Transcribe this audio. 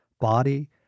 body